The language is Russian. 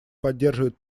поддерживает